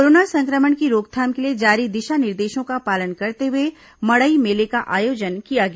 corona संक्रमण की रोकथाम के लिए जारी दिशा निर्देशों का पालन करते हुए मड़ई मेले का आयोजन किया गया